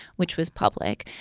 which was public,